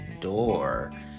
door